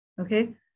okay